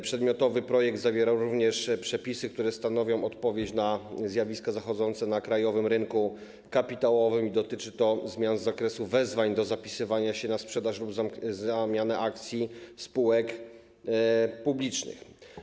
Przedmiotowy projekt zawiera również przepisy, które stanowią odpowiedź na zjawiska zachodzące na krajowym rynku kapitałowym, i dotyczy to zmian z zakresu wezwań do zapisywania się na sprzedaż lub zamianę akcji spółek publicznych.